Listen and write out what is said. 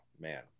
man